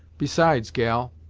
besides, gal,